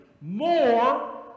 more